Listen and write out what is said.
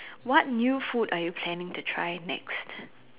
what new food are you planning to try next